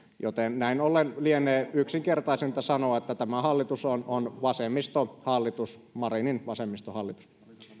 joten näin ollen lienee yksinkertaisinta sanoa että tämä hallitus on on vasemmistohallitus marinin vasemmistohallitus